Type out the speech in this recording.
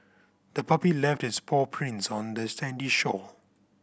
the puppy left its paw prints on the sandy shore